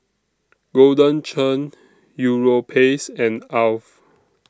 Golden Churn Europace and Alf